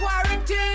quarantine